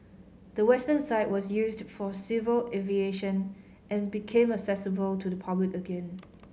the western side was used for civil aviation and became accessible to the public again